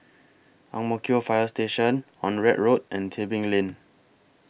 Ang Mo Kio Fire Station Onraet Road and Tebing Lane